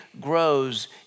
grows